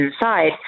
inside